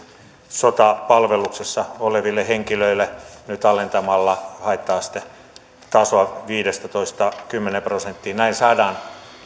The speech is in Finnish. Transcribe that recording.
sotapalveluksessa oleville henkilöille nyt alentamalla haitta astetasoa viidestätoista kymmeneen prosenttiin näin saadaan